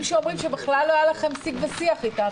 שאומרים שבכלל לא היה לכם שיג ושיח איתם.